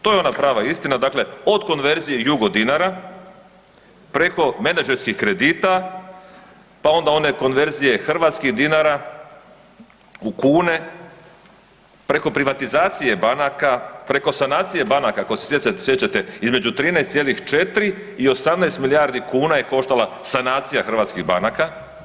To je ona prava istina, dakle od konverzije jugo dinara, preko menadžerskih kredita, pa onda one konverzije hrvatskih dinara u kune preko privatizacije banaka, preko sanacije banaka ako se sjećate između 13,4 i 18 milijardi kuna je koštala sanacija hrvatskih banaka.